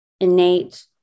Innate